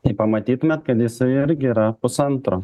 tai pamatytumėt kad jisai irgi yra pusantro